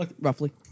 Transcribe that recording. roughly